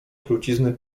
trucizny